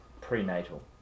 prenatal